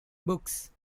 books